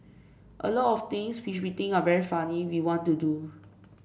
a lot of things which we think are very funny we want to do